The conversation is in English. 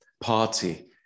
party